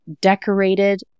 decorated